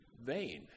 vain